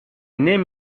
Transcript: name